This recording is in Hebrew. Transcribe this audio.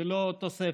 ולא תוספת.